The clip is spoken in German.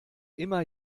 immer